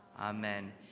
Amen